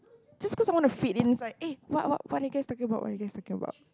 just because I wanna fit in it's like eh what what are you guys talking about what are you guys talking about